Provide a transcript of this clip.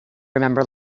remember